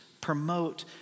promote